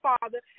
father